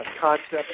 concept